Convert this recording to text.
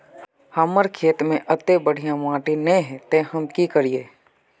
हमर खेत में अत्ते बढ़िया माटी ने है ते हम की करिए?